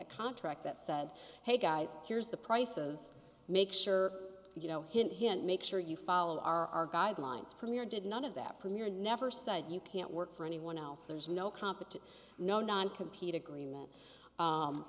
a contract that said hey guys here's the prices make sure you know hint hint make sure you follow our guidelines premier did none of that premier never said you can't work for anyone else there's no competition no non compete agreement